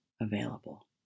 available